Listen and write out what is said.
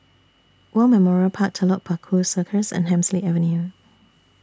War Memorial Park Telok Paku Circus and Hemsley Avenue